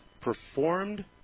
performed